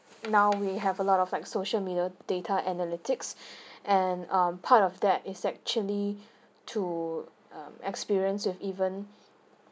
now we have a lot of like social media data analytics and um part of that is actually to experience with even